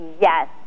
Yes